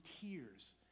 tears